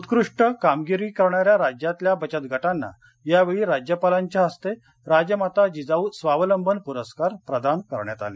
उत्कृष्ट कामगिरी करणाऱ्या राज्यातल्या बचतगटांना यावेळी राज्यपालांच्या हस्ते राजमाता जिजाऊ स्वावलंबन पुरस्कार प्रदान करण्यात आले